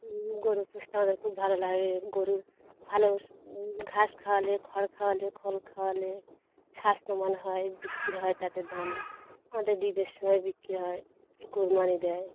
গরু পুষতে আমাদের খুব ভালো লাগে গরু ভালো ঘাস খাওয়ালে খড় খাওয়ালে খোল খাওয়ালে স্বাস্থ্যবান হয় বিক্রি হয় তাতে দামে আমাদের ঈদের সময় বিক্রি হয় একটু কোরবানি দেয়